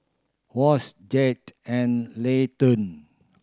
Wash Jed and Layton